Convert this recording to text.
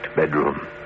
bedroom